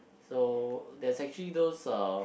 so there's actually those uh